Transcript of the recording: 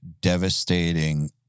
devastating